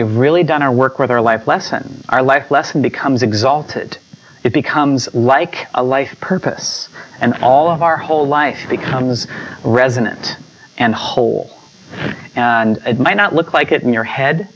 we've really done our work with our life lesson our life lesson becomes exalted it becomes like a life's purpose and all of our whole life becomes resonant and whole it might not look like it in your head